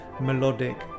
melodic